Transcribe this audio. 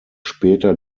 später